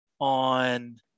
on